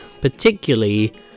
particularly